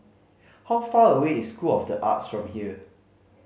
how far away is School of The Arts from here